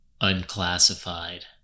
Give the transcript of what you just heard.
unclassified